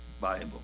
bible